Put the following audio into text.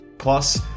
Plus